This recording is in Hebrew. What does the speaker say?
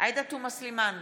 עאידה תומא סלימאן,